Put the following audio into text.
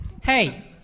Hey